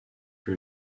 que